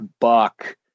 buck